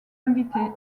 invités